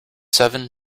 seven